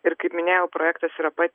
ir kaip minėjau projektas yra pat